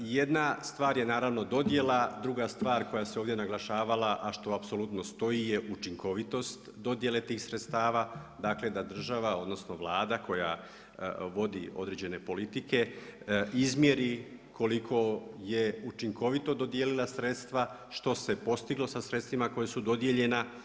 Jedna stvar je dodjela, druga stvar koja se ovdje naglašavala, a što apsolutno stoji je učinkovitost dodjele tih sredstava dakle da država odnosno Vlada koja vodi određene politike izmjeri koliko je učinkovito dodijelila sredstva, što se postiglo sa sredstvima koja su dodijeljena.